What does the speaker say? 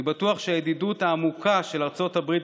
אני בטוח שהידידות העמוקה של ארצות הברית